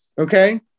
Okay